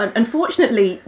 unfortunately